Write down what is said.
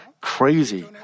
crazy